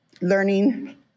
learning